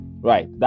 right